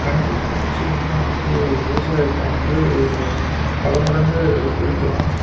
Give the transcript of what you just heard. கண்டிப்பாக நிச்சியமாக வந்து விவசாயத்தை வந்து பலமடங்கு பெருக்கலாம்